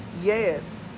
yes